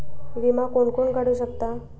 विमा कोण कोण काढू शकता?